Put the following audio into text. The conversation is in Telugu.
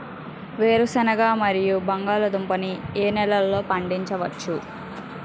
వేరుసెనగ మరియు బంగాళదుంప ని ఏ నెలలో పండించ వచ్చు?